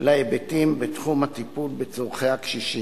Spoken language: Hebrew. להיבטים בתחום הטיפול בצורכי הקשישים.